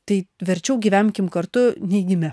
tai verčiau gyvenkim kartu neigime